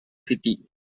city